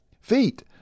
feet